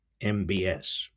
MBS